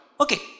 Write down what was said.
Okay